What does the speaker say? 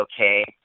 okay